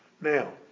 Now